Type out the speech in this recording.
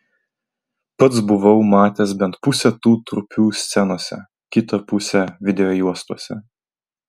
pats buvau matęs bent pusę tų trupių scenose kitą pusę videojuostose